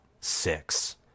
six